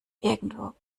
irgendwo